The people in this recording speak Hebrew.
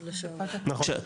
נכון.